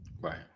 right